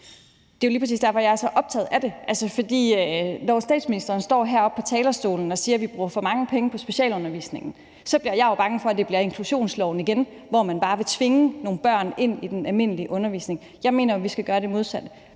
Det er jo lige præcis derfor, jeg er så optaget af det. For når statsministeren står heroppe på talerstolen og siger, at vi bruger for mange penge på specialundervisningen, så bliver jeg jo bange for, at det bliver inklusionsloven igen, hvor man bare vil tvinge nogle børn ind i den almindelige undervisning. Jeg mener jo, at vi skal gøre det modsatte,